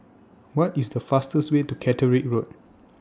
What IS The fastest Way to Catterick Road